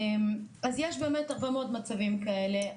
אז יש באמת הרבה מאוד מצבים כאלה.